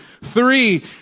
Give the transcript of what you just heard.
three